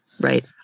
Right